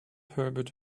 herbert